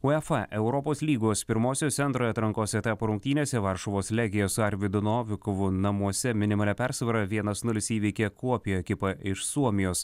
uefa europos lygos pirmosiose antrojo atrankos etapo rungtynėse varšuvos legija su arvydu novikovu namuose minimalia persvara vienas nulis įveikė kuopija ekipą iš suomijos